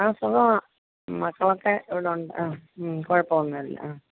ആ സുഖമാ മക്കളൊക്കെ ഇവിടുണ്ട് ആ മ്മ് കുഴപ്പം ഒന്നും ഇല്ല ആ